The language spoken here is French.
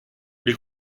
les